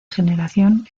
generación